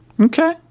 okay